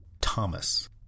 Thomas